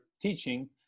teaching